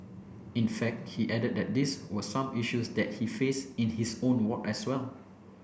in fact he added that these were some issues that he faced in his own ward as well